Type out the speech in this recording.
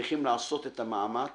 צריכים לעשות את המאמץ